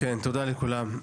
שלום לכולם.